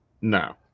no